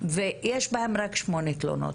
ובהם יש רק 8 תלונות.